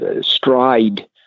stride